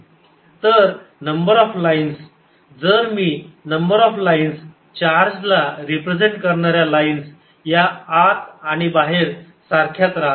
तर number of lines जर मी नंबर ऑफ लाइन्स चार्ज ला रिप्रेझेंट करणाऱ्या लाईन्स या आत आणि बाहेर सारख्याच राहतात